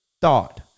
thought